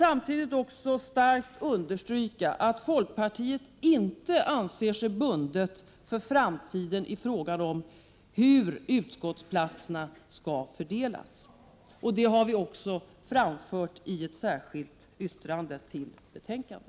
Samtidigt vill jag understryka att folkpartiet inte anser sig bundet för framtiden i frågan om hur utskottsplatserna skall fördelas. Det har vi också framfört i ett särskilt yttrande som är fogat till betänkandet.